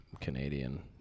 canadian